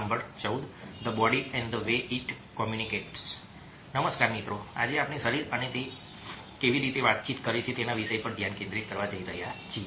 નમસ્કાર મિત્રો આજે આપણે શરીર અને તે કેવી રીતે વાતચીત કરે છે તેના વિષય પર ધ્યાન કેન્દ્રિત કરવા જઈ રહ્યા છીએ